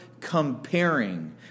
comparing